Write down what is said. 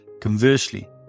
Conversely